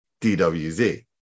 dwz